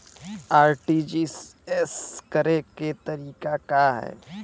RTGS करे के तरीका का हैं?